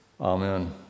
Amen